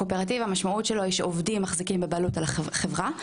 הקואופרטיב המשמעות שלו היא שעובדים מחזיקים בבעלות על החברה.